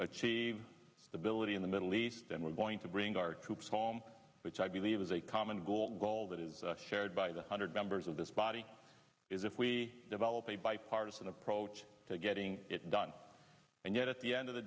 achieve ability in the middle east and we're going to bring our troops home which i believe is a common goal all that is shared by the hundred members of this body is if we develop a bipartisan approach to getting it done and yet at the end of the